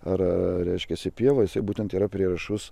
ar reiškiasi pievose būtent yra prieraišus